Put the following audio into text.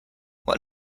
what